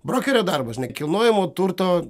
brokerio darbas nekilnojamo turto